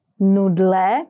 nudle